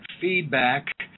feedback